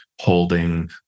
holding